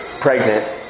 pregnant